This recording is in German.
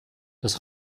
das